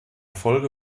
folge